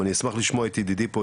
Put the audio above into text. גם אני אשמח לשמוע את ידידי פה,